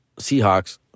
Seahawks